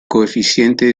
coeficiente